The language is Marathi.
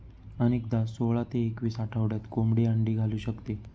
अनेकदा सोळा ते एकवीस आठवड्यात कोंबडी अंडी घालू शकते